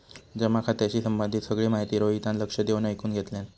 जमा खात्याशी संबंधित सगळी माहिती रोहितान लक्ष देऊन ऐकुन घेतल्यान